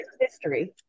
history